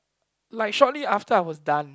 like shortly after I was done